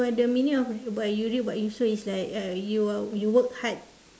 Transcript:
you know when you the meaning of by you reap what you sow is like uh you uh you work hard